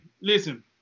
listen